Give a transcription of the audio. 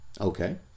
Okay